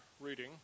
reading